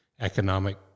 economic